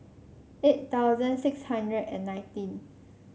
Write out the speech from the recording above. eight thousand six hundred and nineteen